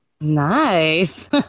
Nice